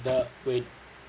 err wait